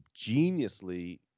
geniusly